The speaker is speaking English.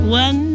one